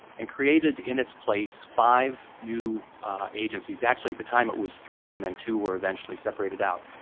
and created in its place five new agencies. actually at the time it was three and then two were eventually separated out.